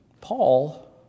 Paul